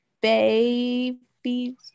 baby